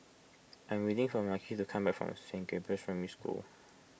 I am waiting for Marquis to come back from Saint Gabriel's Primary School